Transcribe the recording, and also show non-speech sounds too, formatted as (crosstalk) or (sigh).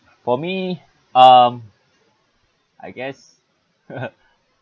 for me um I guess (laughs)